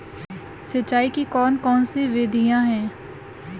सिंचाई की कौन कौन सी विधियां हैं?